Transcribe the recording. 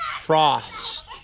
Frost